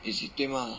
你有数对吗 ah